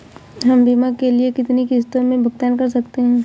हम बीमा के लिए कितनी किश्तों में भुगतान कर सकते हैं?